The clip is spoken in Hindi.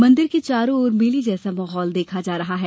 मंदिरों के चारों और मेले जैसा माहौल देखा जा रहा है